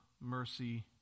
mercy